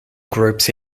groups